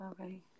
Okay